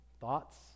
Thoughts